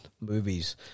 movies